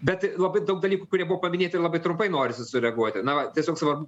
bet labai daug dalykų kurie buvo paminėti labai trumpai norisi sureaguoti na tiesiog svarbu